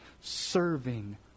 serving